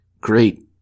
Great